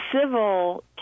civil